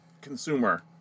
consumer